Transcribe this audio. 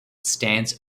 stands